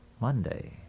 Monday